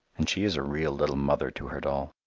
and she is a real little mother to her doll.